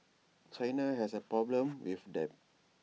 China has A problem with debt